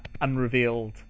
unrevealed